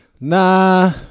nah